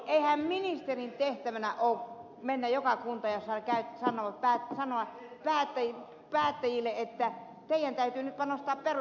eihän ministerin tehtävänä ole mennä joka kuntaan ja sanoa päättäjille että teidän täytyy nyt panostaa peruspalveluihin